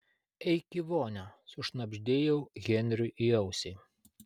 eik į vonią sušnabždėjau henriui į ausį